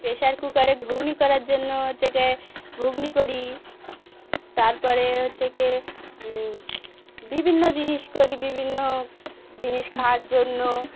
pressure কুকারে ঘুগনি করার জন্য হচ্ছে কি ঘুগনি করি তার পরে হচ্ছে কি বিভিন্ন জিনিস করি বিভিন্ন জিনিস খাওয়ার জন্য